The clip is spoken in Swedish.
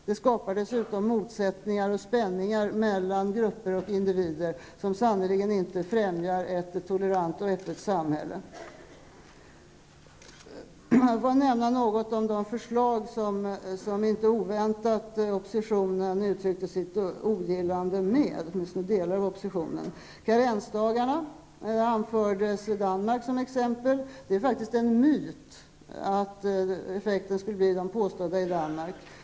Det skapas dessutom motsättningar och spänningar mellan grupper och individer som sannerligen inte främjar ett tolerant och öppet samhälle. Låt mig säga något om de förslag som inte oväntat oppositionen uttryckte sitt ogillande med, åtminstone delar av oppositionen. I fråga om karensdagarna anfördes Danmark som exempel. Det är faktiskt en myt att effekten skulle ha blivit den påstådda i Danmark.